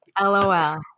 LOL